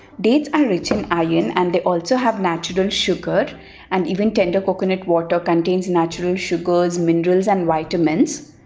dates are rich in iron and they also have natural sugar and even tender coconut water contains natural sugars, minerals and vitamins.